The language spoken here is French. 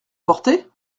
porter